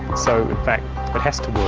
so in fact it has to work.